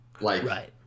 Right